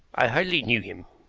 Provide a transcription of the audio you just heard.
i hardly knew him.